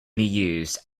used